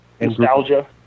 Nostalgia